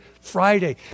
Friday